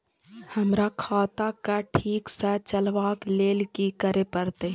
हमरा खाता क ठीक स चलबाक लेल की करे परतै